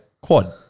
quad